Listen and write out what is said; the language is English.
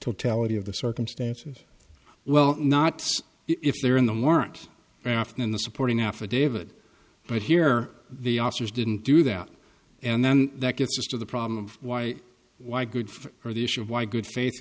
totality of the circumstances well not if they're in them weren't afton in the supporting affidavit but here the officers didn't do that and then that gets us to the problem of why why good for the issue of why good faith